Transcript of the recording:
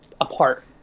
apart